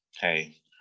hey